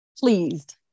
pleased